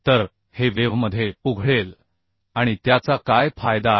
तर हे वेव्हमध्ये उघडेल आणि त्याचा काय फायदा आहे